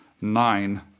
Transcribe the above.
nine